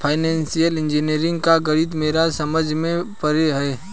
financial engineering का गणित मेरे समझ से परे है